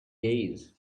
days